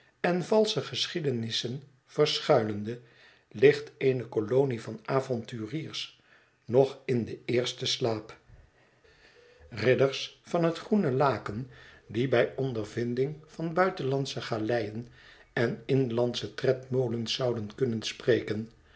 en valsche geschiedenissen verschuilende ligt eene kolonie van avonturiers nog in den eersten slaap ridders van het groene laken die bij ondervinding van buitenlandsche galeien en inlandsche tredmolens zouden kunnen spreken